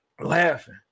laughing